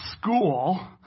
school